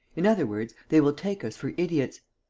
in other words, they will take us for idiots.